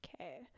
okay